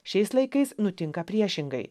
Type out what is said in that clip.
šiais laikais nutinka priešingai